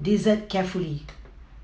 dessert carefully